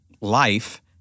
life